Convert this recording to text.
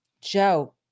Joe